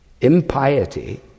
Impiety